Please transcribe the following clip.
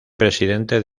presidente